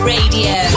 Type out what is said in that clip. Radio